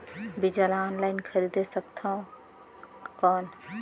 बीजा ला ऑनलाइन खरीदे सकथव कौन?